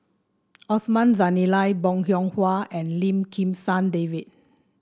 Osman Zailani Bong Hiong Hwa and Lim Kim San David